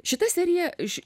šita serija iš